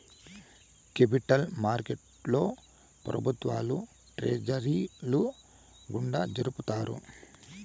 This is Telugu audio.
కేపిటల్ మార్కెట్లో ప్రభుత్వాలు ట్రెజరీల గుండా జరుపుతాయి